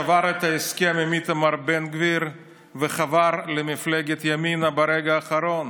ושבר את ההסכם עם איתמר בן גביר וחבר למפלגת ימינה ברגע האחרון.